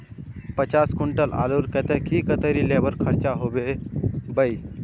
पचास कुंटल आलूर केते कतेरी लेबर खर्चा होबे बई?